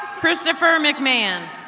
christopher mcman.